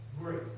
great